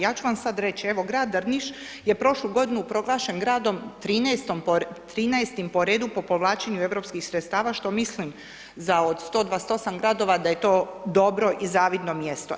Ja ću vam sad reći, evo, grad Drniš je prošlu godinu proglašen gradom 13.-tim po redu po povlačenju europskih sredstava, što mislim za od 128 gradova da je to dobro i zavidno mjesto.